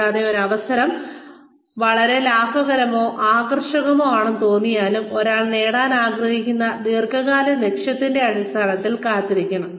കൂടാതെ ഒരു അവസരം വളരെ ലാഭകരമോ ആകർഷകമോ ആണെന്ന് തോന്നിയാലും ഒരാൾ നേടാൻ ആഗ്രഹിക്കുന്ന ദീർഘകാല ലക്ഷ്യത്തിന്റെ അടിസ്ഥാനത്തിൽ കാത്തിരിക്കണം